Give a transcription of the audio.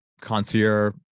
concierge